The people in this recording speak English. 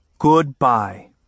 Goodbye